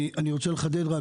אני רוצה לחדד רק,